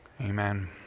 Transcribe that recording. Amen